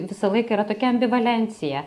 visąlaik yra tokia ambivalencija